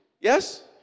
Yes